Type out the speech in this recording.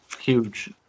huge